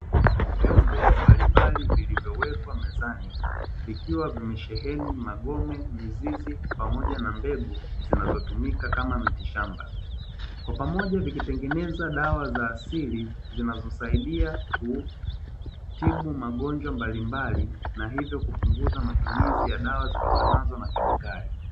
Vyombo mbalimbali vilivyowekwa mezani vikiwa vimesheheni magome , mizizi pamoja na mbegu zinazo tumika kama miti shamba. Kwa pamoja zikitengeneza dawa za asili zinazo tibu magonjwa mbalimbali na hivyo kupungza matumizi ya madawa zitokanazo na kemikali.